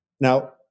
Now